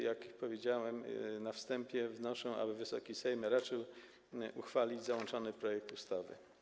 Jak powiedziałem na wstępie, wnoszę, aby Wysoki Sejm raczył uchwalić załączony projekt ustawy.